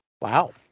Wow